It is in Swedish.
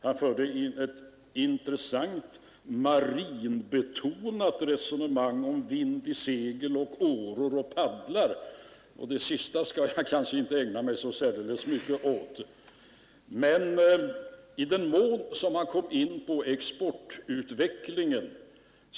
Han förde ett intressant marinbetonat resonemang om vind i seglen och åror och paddlar — det skall jag kanske inte ägna mig så särdeles mycket åt — men han kom också in på exportutvecklingen.